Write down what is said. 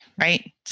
right